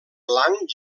blanc